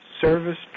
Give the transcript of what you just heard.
service